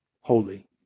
holy